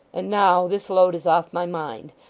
and now this load is off my mind,